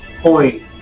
point